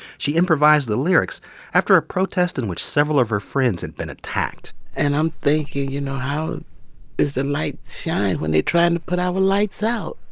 she improvised the lyrics after a protest in which several of her friends had been attacked and i'm thinking, you know, how is the light shine when they trying to put our lights out?